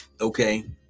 okay